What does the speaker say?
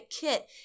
kit